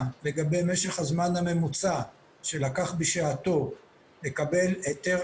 לגבי משך הזמן הממוצע שלקח בשעתו לקבל היתר